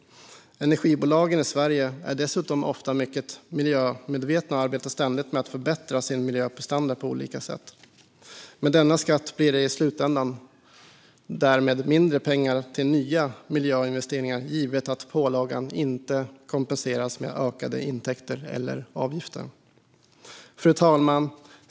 Energibolagen i Sverige är dessutom ofta mycket miljömedvetna och arbetar ständigt med att förbättra sin miljöprestanda på olika sätt. Med denna skatt blir det i slutändan därmed mindre pengar till nya miljöinvesteringar, givet att pålagan inte kompenseras med ökade intäkter eller avgifter. Fru talman!